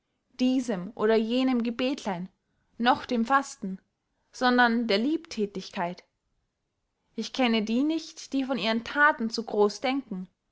diesem oder jenem gebetlein noch dem fasten sondern der liebthätigkeit ich kenne die nicht die von ihren thaten zu groß denken